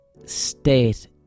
state